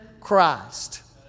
Christ